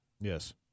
Yes